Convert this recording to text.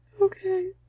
Okay